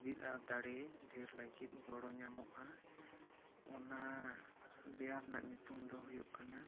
ᱞᱟᱹᱜᱤᱫᱼᱟ ᱫᱟᱲᱮ ᱰᱷᱮᱨ ᱞᱟᱹᱜᱤᱫ ᱜᱚᱲᱚ ᱧᱟᱢᱚᱜᱼᱟ ᱚᱱᱟ ᱵᱮᱭᱟᱢ ᱨᱮᱭᱟᱜ ᱧᱩᱛᱩᱢ ᱫᱚ ᱦᱩᱭᱩᱜ ᱠᱟᱱᱟ ᱰᱚᱱ